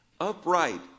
Upright